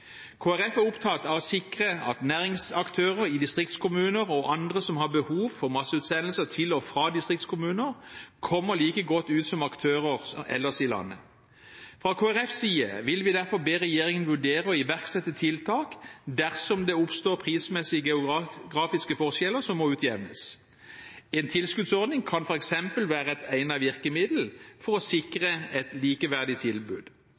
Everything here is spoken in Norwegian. er opptatt av å sikre at næringsaktører i distriktskommuner og andre som har behov for masseutsendelse til og fra distriktskommuner, kommer like godt ut som aktører ellers i landet. Fra Kristelig Folkepartis side vil vi derfor be regjeringen vurdere å iverksette tiltak dersom det oppstår prismessige og geografiske forskjeller som må utjevnes. En tilskuddsordning kan f.eks. være et egnet virkemiddel for å sikre et likeverdig tilbud.